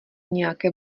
nějaké